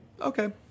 okay